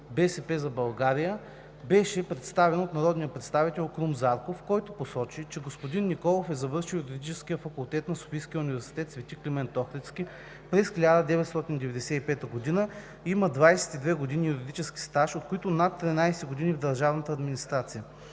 „БСП за България“, беше представен от народния представител Крум Зарков, който посочи, че господин Николов е завършил Юридическия факултет на Софийския университет „Св. Климент Охридски“ през 1995 г. и има 22 години юридически стаж, от които над 13 години в държавната администрация.